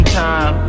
time